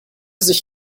sich